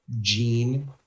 gene